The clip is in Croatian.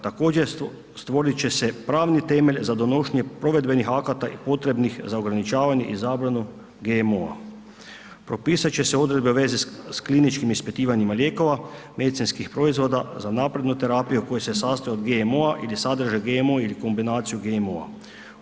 Također, stvorit će se pravni temelj za donošenje provedbenih akata i potrebnih za ograničavanje i zabranu GMO-a, propisat se odredbe u vezi s kliničkim ispitivanjima lijekova, medicinskih proizvoda za naprednu terapiju koji se sastoji od GMO-a ili sadrže GMO-a ili kombinaciju GMO-a.